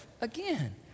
Again